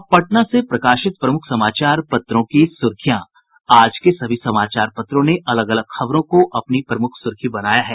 अब पटना से प्रकाशित प्रमुख समाचार पत्रों की सुर्खियां आज के सभी समाचार पत्रों ने अलग अलग खबरों को अपनी प्रमुख सुर्खी बनाया है